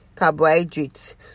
Carbohydrates